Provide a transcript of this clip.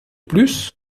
plus